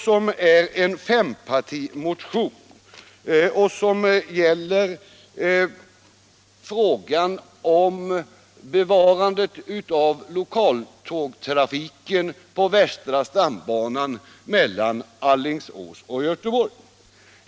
Det är en fempartimotion som gäller frågan om bevarandet av lokaltågtrafiken på västra stambanan mellan Alingsås och Göteborg.